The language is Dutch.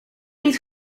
niet